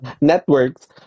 networks